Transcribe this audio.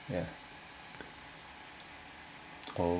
yeah oh